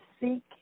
seek